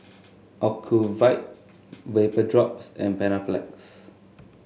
Ocuvite Vapodrops and Panaflex